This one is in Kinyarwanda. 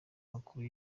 makuru